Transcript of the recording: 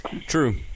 True